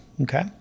okay